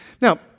Now